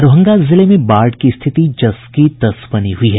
दरभंगा जिले में बाढ़ की स्थिति जस की तस बनी हुई है